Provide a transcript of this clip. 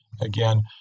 again